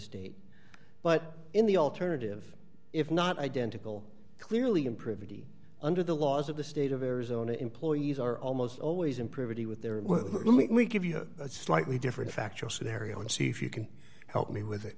state but in the alternative if not identical clearly in privity under the laws of the state of arizona employees are almost always in pretty with their let me give you a slightly different factual scenario and see if you can help me with it